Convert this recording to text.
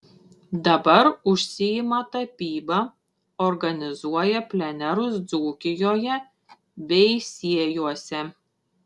dabar užsiima tapyba organizuoja plenerus dzūkijoje veisiejuose